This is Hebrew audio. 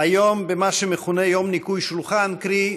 היום במה שמכונה יום ניקוי שולחן, קרי,